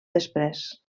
després